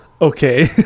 Okay